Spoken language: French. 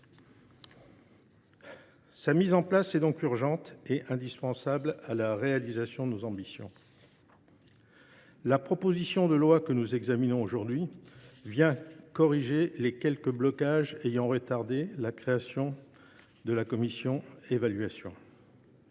Sa mise en place est donc urgente et indispensable à la réalisation de nos ambitions. La proposition de loi que nous examinons aujourd’hui vise à résorber les quelques blocages qui ont retardé sa création. L’inscription dans